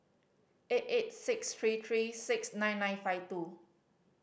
eight eight six three three six nine nine five two